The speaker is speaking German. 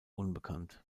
unbekannt